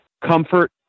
comfort